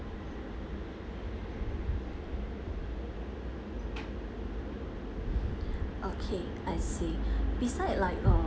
okay I see beside like uh